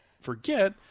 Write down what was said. forget